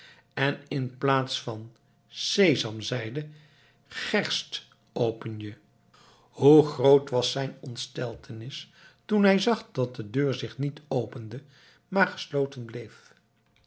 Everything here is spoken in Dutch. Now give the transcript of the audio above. en in plaats van sesam zeide gerst open je hoe groot was zijn ontsteltenis toen hij zag dat de deur zich niet opende maar gesloten bleef